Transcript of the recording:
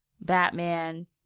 batman